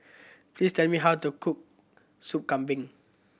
please tell me how to cook Sup Kambing